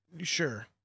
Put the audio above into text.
Sure